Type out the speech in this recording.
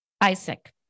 Isaac